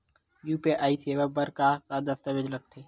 UPI सेवा बर का का दस्तावेज लगथे?